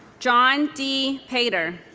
john d. pater